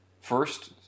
first